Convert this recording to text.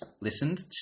listened